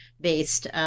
based